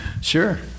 sure